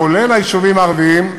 כולל היישובים הערביים,